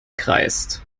kreist